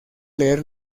leer